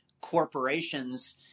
corporations